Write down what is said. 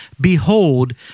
Behold